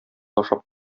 ашап